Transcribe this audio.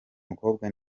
mukobwa